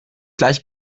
gleich